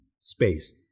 space